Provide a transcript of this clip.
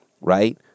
right